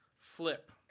Flip